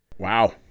Wow